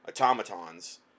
automatons